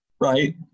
right